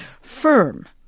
firm